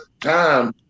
time